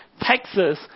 taxes